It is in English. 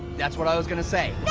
that's what i was gonna say.